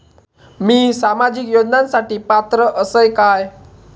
मी सामाजिक योजनांसाठी पात्र असय काय?